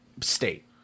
state